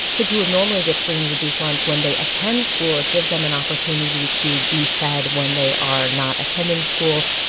kids who would normally get free and reduced lunch when they attend school it gives them an opportunity to be fed when they are not attending school,